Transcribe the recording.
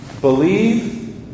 Believe